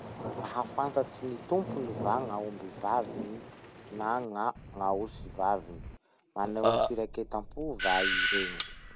Mahafantatsy gny tompony va gn'aomby vaviny na gna gn'aosy vaviny? Maneho firaketam-po va ii reo?